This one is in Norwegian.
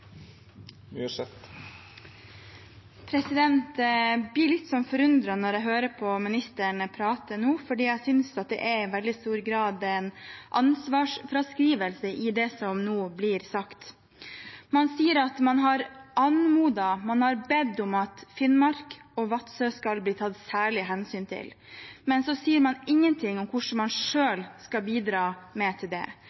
veldig stor grad er en ansvarsfraskrivelse i det som nå blir sagt. Man sier at man har anmodet – man har bedt – om at Finnmark og Vadsø skal bli tatt særlig hensyn til, men så sier man ingenting om hvordan man